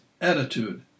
attitude